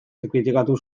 kritikatu